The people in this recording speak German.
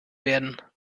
werden